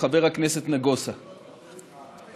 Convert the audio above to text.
התשס"ח 2008,